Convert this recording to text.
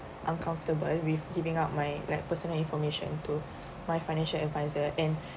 uncomfortable with giving up my like personal information to my financial adviser and